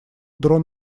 дрон